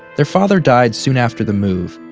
their father died soon after the move.